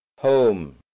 Home